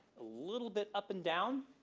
a little bit up and down,